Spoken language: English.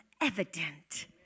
evident